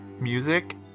music